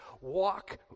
walk